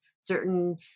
certain